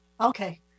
Okay